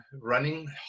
running